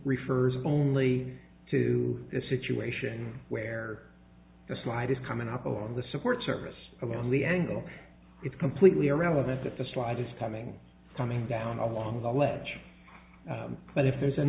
refers only to the situation where the slide is coming up on the support service around the angle it's completely irrelevant that the slightest coming coming down along the ledge but if there's an